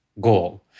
goal